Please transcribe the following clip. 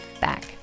back